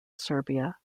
serbia